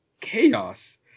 chaos